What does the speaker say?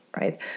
right